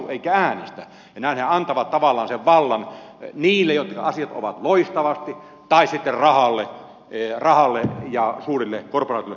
näin he antavat tavallaan sen vallan niille joittenka asiat ovat loistavasti tai sitten rahalle ja suurille korporaatioille etujärjestöille